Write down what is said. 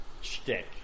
shtick